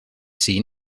seen